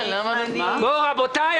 תודה.